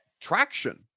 traction